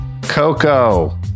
Coco